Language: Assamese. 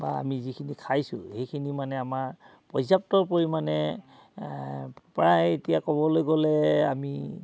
বা আমি যিখিনি খাইছোঁ সেইখিনি মানে আমাৰ পৰ্যাপ্তৰ পৰিমাণে প্ৰায় এতিয়া ক'বলৈ গ'লে আমি